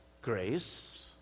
grace